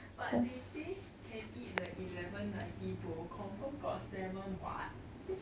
but they say can eat the eleven ninety bowl confirm got salmon [what]